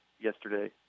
yesterday